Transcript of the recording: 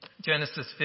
Genesis